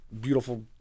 Beautiful